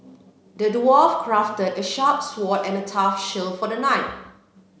the dwarf crafted a sharp sword and a tough shield for the knight